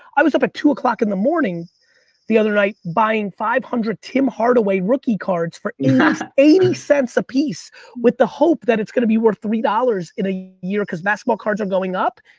i was up at two o'clock in the morning the other night buying five hundred tim hardaway rookie cards for eighty cents a piece with the hope that it's gonna be worth three dollars in a year cause basketball cards are going up,